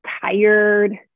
tired